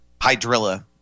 hydrilla